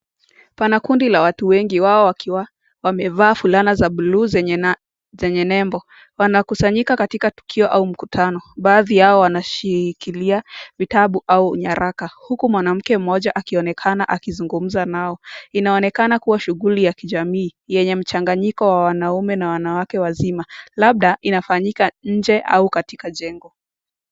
Pana kundi la watu wengi wao wakiwa wamevaa fulana za bluu zenye nembo. Wamekusanyika katika tukio au mkutano baadhi yao wanashikilia vitabu au nyaraka huku mwanamke mmoja akionekana akizungumza nao. Inaonekana kuwa shughuli ya kijamii yenye mchanga wanaume na wanawake wazima labda inafanyika nje au katika jengo.